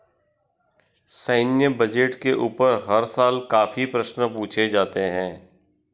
सैन्य बजट के ऊपर हर साल काफी प्रश्न पूछे जाते हैं